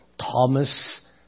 Thomas